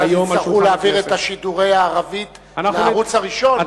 אבל אז יצטרכו להעביר את שידורי הערבית לערוץ הראשון.